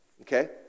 Okay